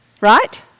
right